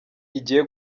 igiye